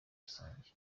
rusange